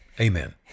Amen